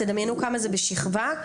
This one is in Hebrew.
תדמיינו כמה זה בשכבה,